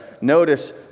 Notice